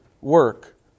work